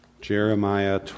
Jeremiah